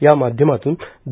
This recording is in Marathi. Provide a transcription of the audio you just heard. या माध्यमातून द